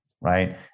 Right